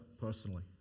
personally